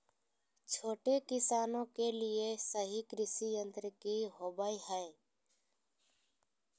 छोटे किसानों के लिए सही कृषि यंत्र कि होवय हैय?